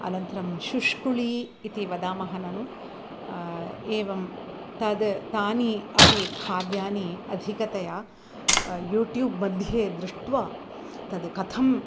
अनन्तरं शुष्कुळी इति वदामः ननु एवं तद् तानि अपि खाद्यानि अधिकतया युट्यूब्मध्ये दृष्ट्वा तत् कथम्